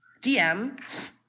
DM